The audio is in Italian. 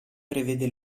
prevede